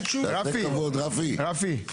רפי,